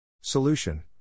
Solution